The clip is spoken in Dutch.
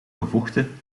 gevochten